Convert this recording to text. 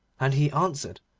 and he answered,